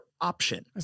option